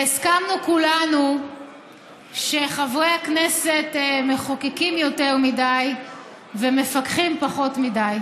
והסכמנו כולנו שחברי הכנסת מחוקקים יותר מדי ומפקחים פחות מדי,